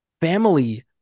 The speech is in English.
family